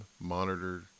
monitor